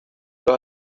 los